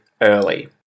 early